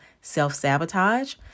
self-sabotage